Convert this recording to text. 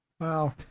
Wow